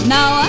Now